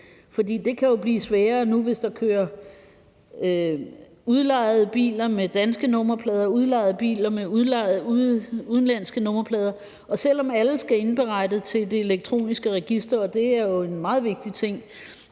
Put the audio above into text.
for det kan jo blive sværere nu, hvis der kører udlejede biler rundt med danske nummerplader og udlejede biler med udenlandske nummerplader. Og selv om alle skal indberette til det elektroniske register, og det er jo en meget vigtig ting,